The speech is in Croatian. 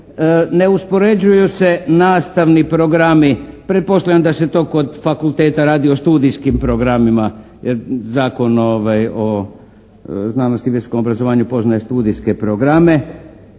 ne uspoređuju se nastavni programi, pretpostavljam da se to kod fakulteta radi o studijskim programima, jer Zakon o znanosti i visokom obrazovanju poznaje studijske programe,